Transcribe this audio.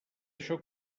això